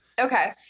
Okay